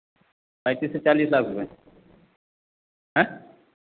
पैंतीस से चालीस लाख रुपए आँय